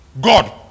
god